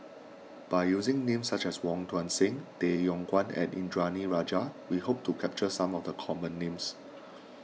by using names such as Wong Tuang Seng Tay Yong Kwang and Indranee Rajah we hope to capture some of the common names